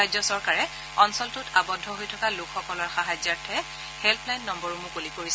ৰাজ্য চৰকাৰে অঞ্চলটোত আৱদ্ধ হৈ থকা লোকসকলৰ সাহাৰ্যাৰ্থে হেপ্ল লাইন নম্বৰো মুকলি কৰিছে